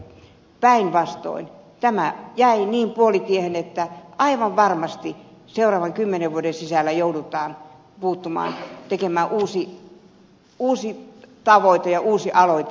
minun mielestäni päinvastoin tämä jäi niin puolitiehen että aivan varmasti seuraavan kymmenen vuoden sisällä joudutaan puuttumaan tekemään uusi tavoite ja uusi aloite